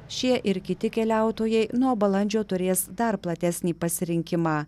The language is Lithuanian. šie ir kiti keliautojai nuo balandžio turės dar platesnį pasirinkimą